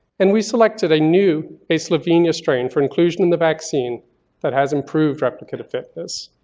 and we selected a new a slovenia strain for inclusion in the vaccine that has improve replicate of fitness.